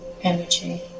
energy